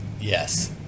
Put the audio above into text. Yes